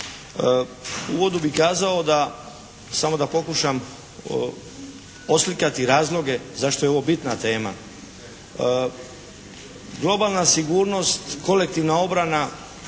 U uvodu bih kazao da, samo da pokušam oslikati razloge zašto je ovo bitna tema. Globalna sigurnost, kolektivna obrana